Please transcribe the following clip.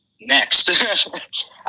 Next